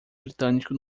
britânico